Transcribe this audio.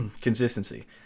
consistency